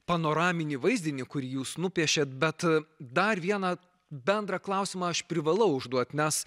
panoraminį vaizdinį kurį jūs nupiešėt bet dar vieną bendrą klausimą aš privalau užduot nes